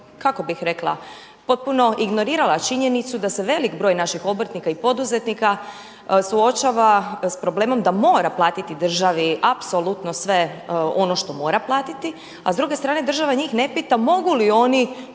kako bih rekla potpuno ignorirala činjenicu da se velik broj naših obrtnika i poduzetnika suočava s problemom da mora platiti državi apsolutno sve ono što mora platiti, a s druge strane država njih ne pita mogu li oni